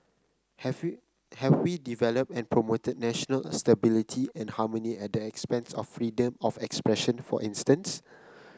have we have we developed and promoted national stability and harmony at the expense of freedom of expression for instance